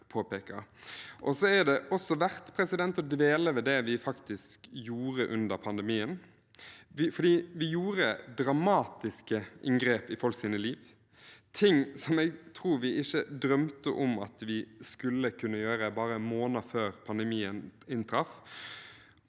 Det er også verdt å dvele ved det vi faktisk gjorde under pandemien, for vi gjorde dramatiske inngrep i folks liv, ting som jeg tror vi ikke drømte om at vi skulle kunne gjøre bare måneder før pandemien inntraff.